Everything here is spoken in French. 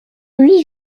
huit